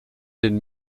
den